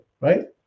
right